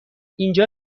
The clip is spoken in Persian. اینجا